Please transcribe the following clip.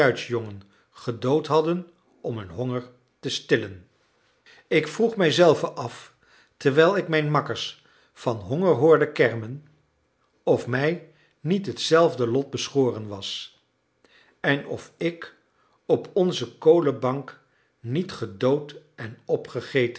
gedood hadden om hun honger te stillen ik vroeg mezelf af terwijl ik mijn makkers van honger hoorde kermen of mij niet een zelfde lot beschoren was en of ik op onze kolenbank niet gedood en opgegeten